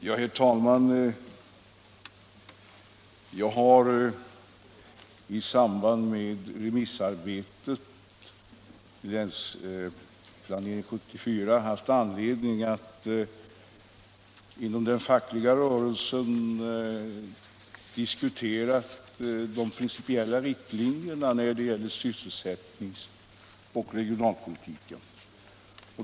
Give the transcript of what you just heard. Nr 48 Herr talman! Jag har i samband med remissarbetet för Länsplanering 1974 haft anledning att inom den fackliga rörelsen diskutera de principiella riktlinjerna när det gäller sysselsättnings och regionalpolitiken.